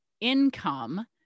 income-